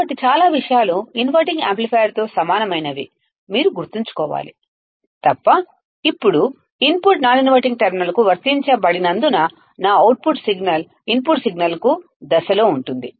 కాబట్టి చాలా విషయాలు ఇన్వర్టింగ్ యాంప్లిఫైయర్తో సమానమైనవని మీరు గుర్తుంచుకోవాలి తప్ప ఇప్పుడు ఇన్పుట్ నాన్ ఇన్వర్టింగ్ టెర్మినల్కు వర్తించబడినందున నా అవుట్పుట్ సిగ్నల్ ఇన్పుట్ సిగ్నల్కు అదే దశలో ఉంటుంది